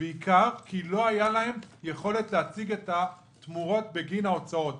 בעיקר כי לא הייתה להם היכולת להציג את התמורות בגין ההוצאות.